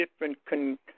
different